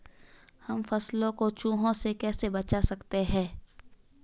हम फसलों को चूहों से कैसे बचा सकते हैं?